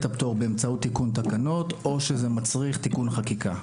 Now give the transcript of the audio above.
הפטור באמצעות תיקון תקנות או שזה מצריך תיקון חקיקה.